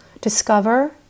discover